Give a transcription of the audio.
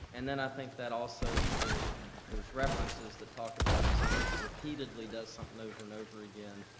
and then i think that also there's there's references to talk about of someone repeatedly does something over and over again,